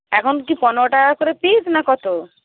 এখন কি পনেরো টাকা করে পিস না কতো